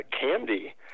candy